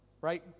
right